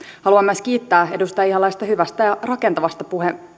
haluan myös kiittää edustaja ihalaista hyvästä ja rakentavasta